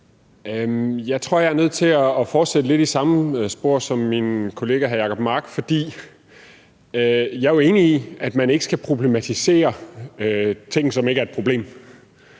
Jeg tror, jeg er nødt til at fortsætte lidt i samme spor som min kollega hr. Jacob Mark, for jeg er jo enig i, at man ikke skal problematisere ting, som ikke er et problem.